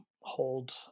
hold